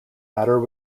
matter